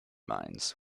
mines